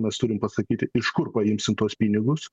mes turim pasakyti iš kur paimsim tuos pinigus